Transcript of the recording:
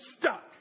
stuck